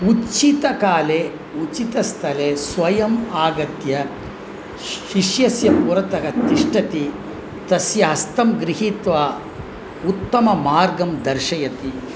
उचितकाले उचितस्थले स्वयम् आगत्य श् शिष्यस्य पुरतः तिष्ठति तस्य हस्तं गृहीत्वा उत्तमं मार्गं दर्शयति